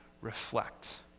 reflect